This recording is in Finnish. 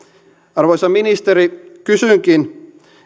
arvoisa ministeri kysynkin